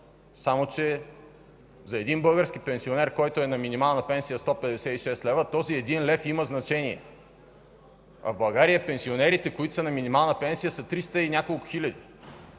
Само че за един български пенсионер, който е на минимална пенсия 156 лв. този един лев има значение, а в България пенсионерите, които са на минимална пенсия са 300 и няколко хиляди.